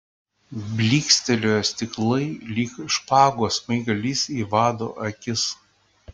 blykstelėjo stiklai lyg špagos smaigalys į vado akis